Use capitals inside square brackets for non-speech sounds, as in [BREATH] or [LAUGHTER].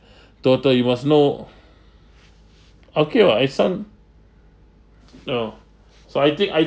[BREATH] total you must know [BREATH] okay [what] it's some oh so I think I